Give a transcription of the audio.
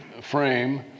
frame